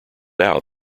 out